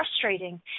frustrating